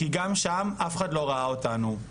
כי גם שם אף אחד לא ראה אותנו.